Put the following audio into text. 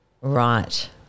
Right